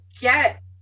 get